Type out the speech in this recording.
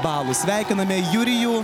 balų sveikiname jurijų